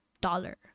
dollar